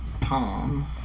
Tom